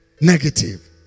Negative